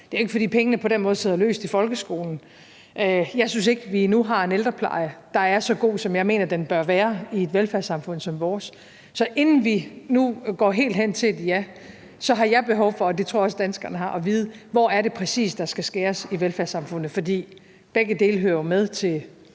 heller ikke er, fordi de på den måde gør det i folkeskolen. Jeg synes ikke, vi endnu har en ældrepleje, der er så god, som jeg mener den bør være i et velfærdssamfund som vores. Så inden vi nu går helt hen til et ja, har jeg behov for at vide – og det tror jeg også danskerne har – hvor det er præcis, der skal skæres i velfærdssamfundet. For begge dele hører jo med til